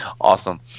awesome